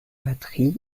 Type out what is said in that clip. batteries